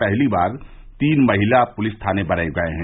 पहली बार तीन महिला पुलिस थाने बनाए गये हैं